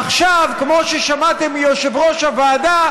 עכשיו, כמו ששמעתם מיושב-ראש הוועדה,